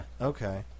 Okay